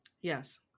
Yes